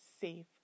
safe